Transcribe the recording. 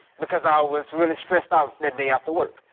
because i was really stressed out that day after work.